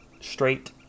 straight